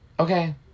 Okay